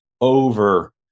over